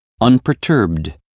unperturbed